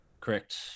correct